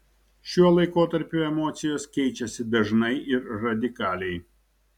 šiuo laikotarpiu emocijos keičiasi dažnai ir radikaliai